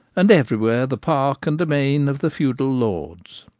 and everywhere the park and domain of the feudal lords.